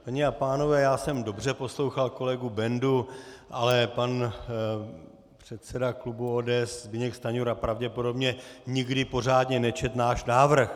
Paní a pánové, já jsem dobře poslouchal kolegu Bendu, ale pan předseda klubu ODS Zbyněk Stanjura pravděpodobně pořádně nikdy nečetl náš návrh.